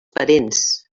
parents